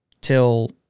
till